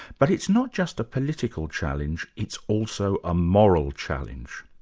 but it's not just a political challenge, it's also a moral challenge.